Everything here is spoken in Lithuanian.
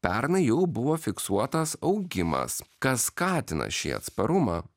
pernai jau buvo fiksuotas augimas kas skatina šį atsparumą